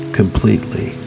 completely